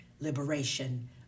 liberation